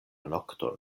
nokton